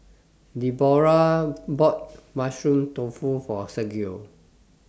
Deborah bought Mushroom Tofu For Sergio